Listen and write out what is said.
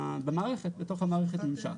במערכת, בתוך המערכת יש ממשק.